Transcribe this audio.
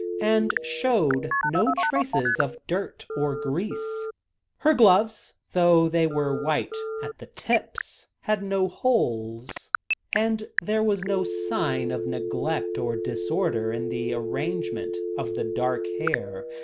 and showed no traces of dirt or grease her gloves, though they were white at the tips, had no holes and there was no sign of neglect or disorder in the arrangement of the dark hair,